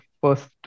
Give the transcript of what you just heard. first